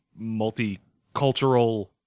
multicultural